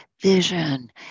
vision